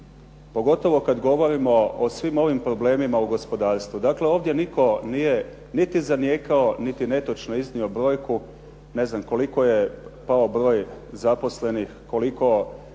pogotovo kad govorimo o svim ovim problemima u gospodarstvu. Dakle, ovdje nitko nije niti zanijekao niti netočno iznio brojku koliko je pao broj zaposlenih, koliko